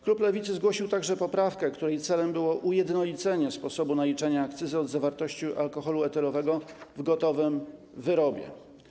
Klub Lewicy zgłosił także poprawkę, której celem było ujednolicenie sposobu naliczania akcyzy od zawartości alkoholu etylowego w gotowym wyrobie.